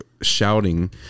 shouting